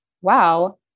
wow